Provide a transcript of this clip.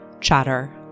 Chatter